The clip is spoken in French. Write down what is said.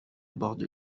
borde